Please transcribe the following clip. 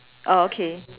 oh okay